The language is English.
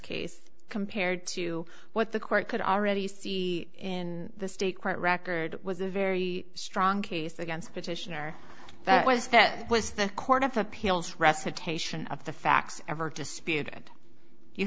case compared to what the court could already see in the state court record was a very strong case against petitioner that was that was the court of appeals recitation of the facts ever disputed you